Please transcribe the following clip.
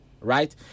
right